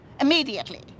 immediately